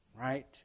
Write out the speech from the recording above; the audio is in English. right